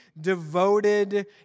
devoted